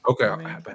Okay